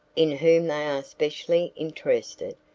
in whom they are specially interested,